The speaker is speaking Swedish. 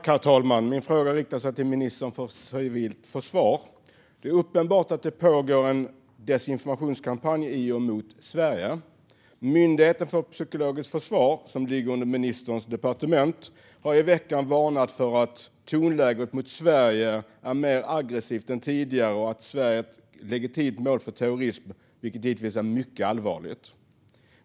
Herr talman! Min fråga riktar sig till ministern för civilt försvar. Det är uppenbart att det pågår en desinformationskampanj i och mot Sverige. Myndigheten för psykologiskt försvar, som ligger under ministerns departement, har i veckan varnat för att tonläget mot Sverige är mer aggressivt än tidigare och att Sverige är ett legitimt mål för terrorism, vilket givetvis är mycket allvarligt.